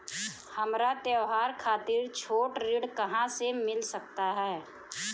हमरा त्योहार खातिर छोट ऋण कहाँ से मिल सकता?